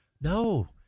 No